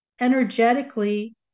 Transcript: energetically